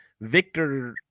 Victor